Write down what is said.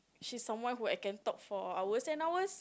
she's someone who I can talk for hours and hours